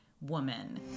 woman